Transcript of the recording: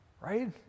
right